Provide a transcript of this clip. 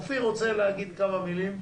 אופיר כץ רוצה להגיד כמה מילים,